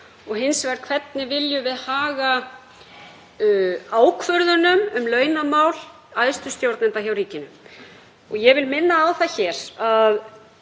og hvernig við viljum haga ákvörðunum um launamál æðstu stjórnenda hjá ríkinu. Ég vil minna á það hér